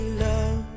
love